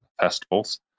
festivals